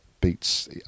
beats